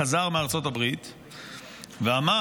הוא חזר מארצות הברית ואמר